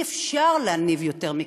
אי-אפשר להניב יותר מכך.